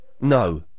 No